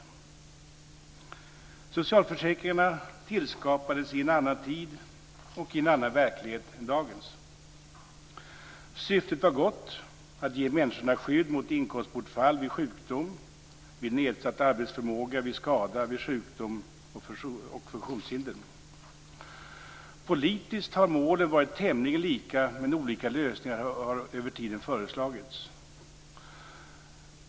Socialförsäkringarna tillskapades i en annan tid och i en annan verklighet än dagens. Syftet var gott, att ge människorna skydd mot inkomstbortfall vid sjukdom, vid nedsatt arbetsförmåga, vid skada, vid sjukdom och funktionshinder. Politiskt har målen varit tämligen lika, men olika lösningar har över tiden föreslagits.